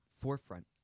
forefront